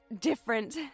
different